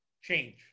change